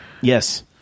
Yes